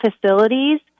facilities